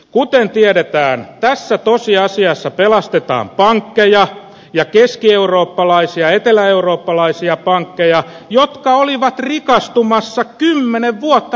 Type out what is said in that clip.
kuten tiedetään tässä tosiasiassa pelastetaan pankkeja ja keskieurooppalaisia ja eteläeurooppalaisia pankkeja jotka olivat rikastumassa kymmenen vuotta riskilainoillaan